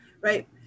right